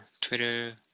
Twitter